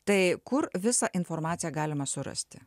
tai kur visą informaciją galime surasti